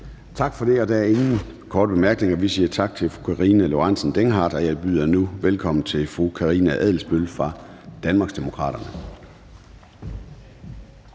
Tak for det, og der er ingen korte bemærkninger. Vi siger tak til fru Karina Lorentzen Dehnhardt, og jeg byder nu velkommen til fru Karina Adsbøl fra Danmarksdemokraterne.